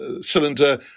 cylinder